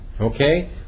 Okay